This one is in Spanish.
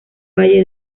valle